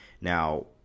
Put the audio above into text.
Now